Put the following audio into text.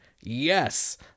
Yes